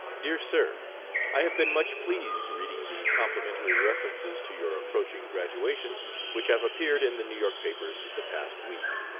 dear sir i have been much pleased reading the complimentary references to your approaching graduation which have appeared in the new york papers the past week.